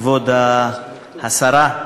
כבוד השרה,